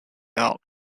out